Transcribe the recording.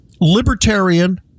libertarian